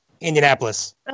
Indianapolis